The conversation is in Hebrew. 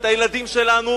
את הילדים שלנו,